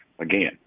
again